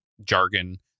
jargon